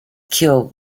killed